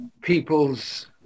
people's